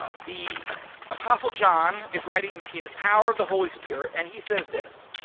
ah the apostle john is writing in the in the power of the holy spirit. and he says this,